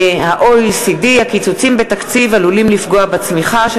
דוח ה-OECD: הקיצוצים בתקציב עלולים לפגוע בצמיחה,